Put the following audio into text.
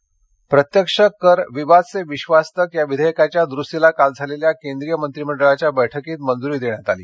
केंद्रीय मंत्रीमंडळ प्रत्यक्ष कर विवाद से विश्वास तक या विधेयकाच्या दुरुस्तीला काल झालेल्या केंद्रीय मंत्रिमंडळाच्या बैठकीत मंजूरी देण्यात आली